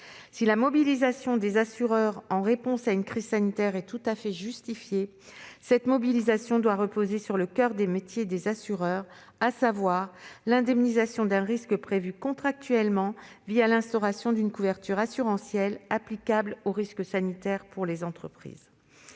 Si la mobilisation des assureurs en réponse à une crise sanitaire est tout à fait justifiée, elle doit reposer sur le coeur de métiers des assureurs : l'indemnisation d'un risque prévu contractuellement, l'instauration d'une couverture assurantielle applicable au risque sanitaire pour les entreprises.